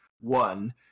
one